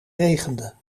regende